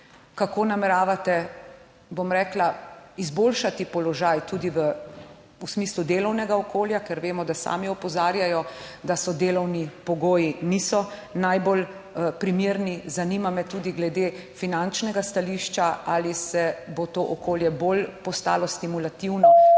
Kako nameravate izboljšati položaj tudi v smislu delovnega okolja? Ker vemo, da sami opozarjajo, da delovni pogoji niso najbolj primerni. Zanima me tudi glede finančnega stališča: Ali bo okolje postalo bolj stimulativno,